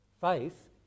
Faith